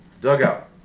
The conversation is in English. Dugout